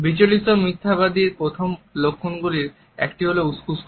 বিচলিত মিথ্যেবাদীর প্রথম লক্ষণগুলির একটি হলো উসখুস করা